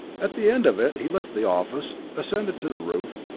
at the end of it, he left the office, ascended to the roof,